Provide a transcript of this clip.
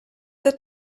that